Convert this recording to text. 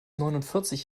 neunundvierzig